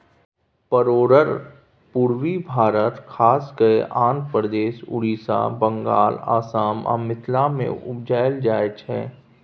परोर पुर्वी भारत खास कय आंध्रप्रदेश, उड़ीसा, बंगाल, असम आ मिथिला मे उपजाएल जाइ छै